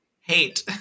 hate